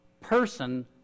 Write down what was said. person